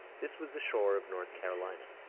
this was the shore of north carolina.